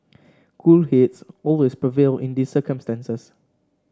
cool heads always prevail in these circumstances